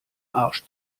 arsch